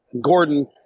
Gordon